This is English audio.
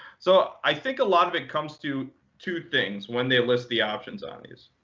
so i think a lot of it comes to two things when they list the options on these.